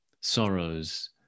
sorrows